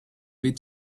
with